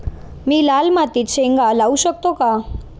मी लाल मातीत शेंगा लावू शकतो का?